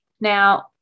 Now